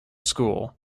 school